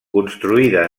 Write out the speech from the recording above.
construïda